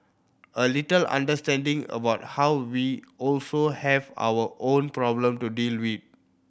a little understanding about how we also have our own problem to deal with